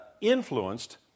influenced